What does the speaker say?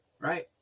right